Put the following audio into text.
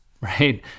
right